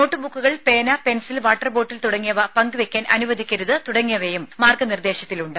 not ബുക്കുകൾ പേന pencil water bottle തുടങ്ങിയവ പങ്കുവെക്കാൻ അനുവദിക്കരുത് തുടങ്ങിയവയും മാർഗ്ഗനിർദേശത്തിലുണ്ട്